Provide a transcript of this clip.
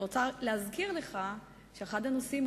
אני רוצה להזכיר לך שאחד הנושאים